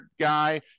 guy